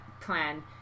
plan